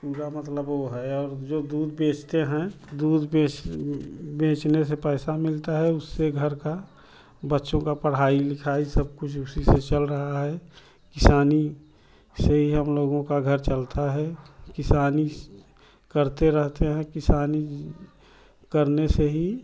पूरा मतलब वो है और जो दूध बेचते हैं दूध बेचने से पैसा मिलता है उससे घर का बच्चों का पढ़ाई लिखाई सब कुछ उसी से चल रहा है किसानी से ही हम लोगों का घर चलता है किसानी करते रहते हैं किसानी करने से ही